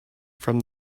from